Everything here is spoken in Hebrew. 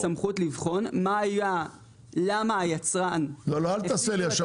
למשרד התחבורה יהיה סמכות לבחון למה היצרן --- לא אל תעשה לי עכשיו